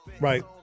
right